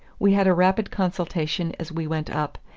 we had a rapid consultation as we went up,